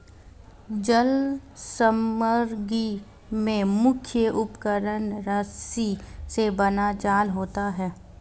जल समग्री में मुख्य उपकरण रस्सी से बना जाल होता है